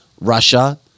Russia